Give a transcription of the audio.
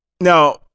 Now